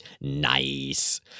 Nice